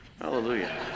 Hallelujah